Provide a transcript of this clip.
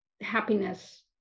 happiness